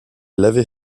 l’avait